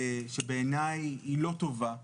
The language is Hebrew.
שבעיניי היא לא טובה,